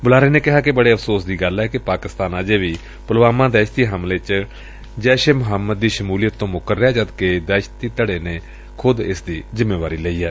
ਬੁਲਾਰੇ ਨੇ ਕਿਹਾ ਕਿ ਬੜੇ ਅਫਸੋਸ ਦੀ ਗੱਲ ਏ ਕਿ ਪਾਕਿਸਤਾਨ ਅਜੇ ਵੀ ਪੁਲਵਾਮਾ ਦਹਿਸ਼ਤੀ ਹਮਲੇ ਚ ਜੈਸ਼ ਏ ਮੁਹੰਮਦ ਦੀ ਸ਼ਮੁਲੀਅਤ ਤੋਂ ਮੁਕੱਰ ਰਿਹੈ ਜਦ ਕਿ ਦਹਿਸ਼ਤੀ ਧੜੇ ਨੇ ਇਸ ਦੀ ਜਿੰਮੇਵਾਰੀ ਲਈ ਏ